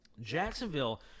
Jacksonville